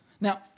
Now